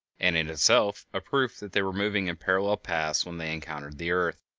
and in itself a proof that they were moving in parallel paths when they encountered the earth.